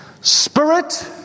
Spirit